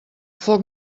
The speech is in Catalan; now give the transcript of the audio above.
foc